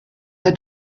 her